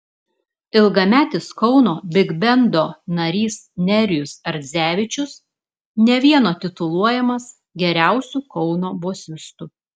ilgametis kauno bigbendo narys nerijus ardzevičius ne vieno tituluojamas geriausiu kauno bosistu